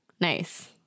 Nice